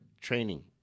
training